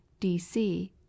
DC